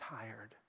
tired